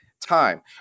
time